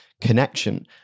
connection